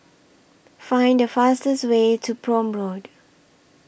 Find The fastest Way to Prome Road